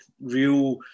real